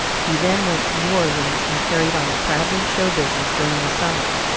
he then went to new orleans and carried on a traveling show business during the summer.